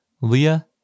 Leah